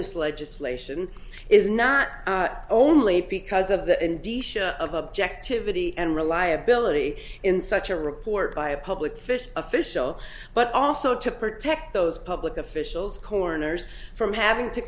this legislation is not only because of that indeed of objectivity and reliability in such a report by a public fish official but also to protect those public officials corners from having to